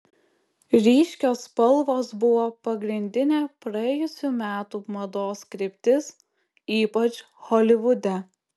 ryškios spalvos buvo pagrindinė praėjusių metų mados kryptis ypač holivude